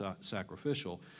sacrificial